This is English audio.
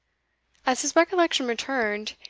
as his recollection returned,